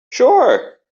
sure